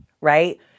right